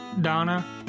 Donna